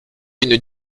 une